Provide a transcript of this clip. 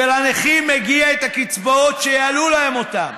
ולנכים מגיע שיעלו להם את הקצבאות,